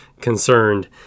concerned